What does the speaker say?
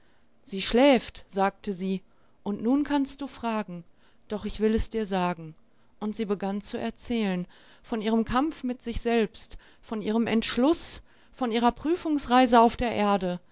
sie schläft sagte sie und nun kannst du fragen doch ich will es dir sagen und sie begann zu erzählen von ihrem kampf mit sich selbst von ihrem entschluß von ihrer prüfungsreise auf der erde